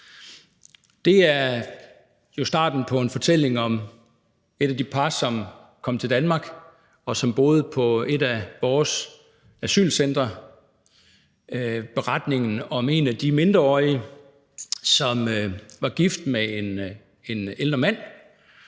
Det er jo starten på en fortælling om et af de par, som kom til Danmark, og som boede på et af vores asylcentre. Det er beretningen om en af de mindreårige, som var gift med en ældre mand,